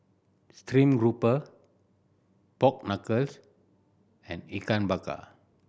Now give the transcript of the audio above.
stream grouper pork knuckle and Ikan Bakar